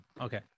okay